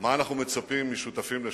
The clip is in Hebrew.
מה אנחנו מצפים משותפים לשלום.